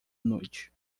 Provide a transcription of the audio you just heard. noite